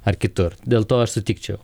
ar kitur dėl to aš sutikčiau